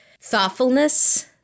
thoughtfulness